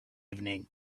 evening